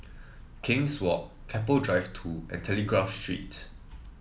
King's Walk Keppel Drive Two and Telegraph Street